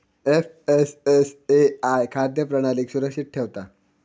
FSSAI खाद्य प्रणालीक सुरक्षित ठेवता